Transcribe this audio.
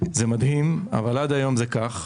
זה מדהים, אבל עד היום זה היה כך.